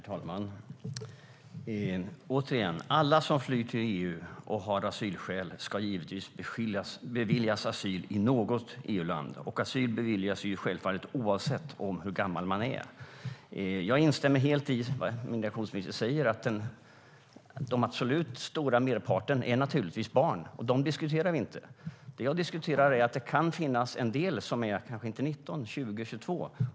Herr talman! Återigen, alla som flyr till EU och har asylskäl ska givetvis beviljas asyl i något EU-land. Och asyl beviljas man självfallet oavsett hur gammal man är. Jag instämmer helt i det som migrationsministern säger om att den absoluta merparten är barn, och dem diskuterar vi inte. Jag vill diskutera att det kan finnas en del som är kanske 19, 20 eller 22.